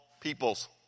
peoples